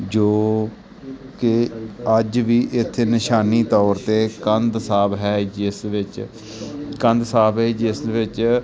ਜੋ ਕਿ ਅੱਜ ਵੀ ਇੱਥੇ ਨਿਸ਼ਾਨੀ ਤੌਰ 'ਤੇ ਕੰਧ ਸਾਹਿਬ ਹੈ ਜਿਸ ਵਿੱਚ ਕੰਧ ਸਾਹਿਬ ਹੈ ਜਿਸ ਵਿੱਚ